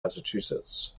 massachusetts